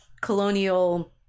colonial